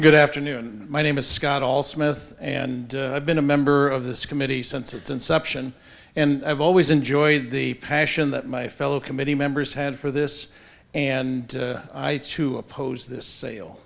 good afternoon my name is scott all smith and i've been a member of this committee since its inception and i've always enjoyed the passion that my fellow committee members had for this and i to oppose this sale